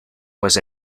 was